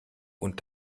und